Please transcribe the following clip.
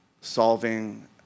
solving